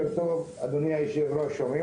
אדוני היושב ראש,